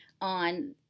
on –